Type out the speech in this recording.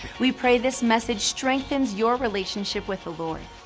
we pray this message strengthens your relationship with the lord.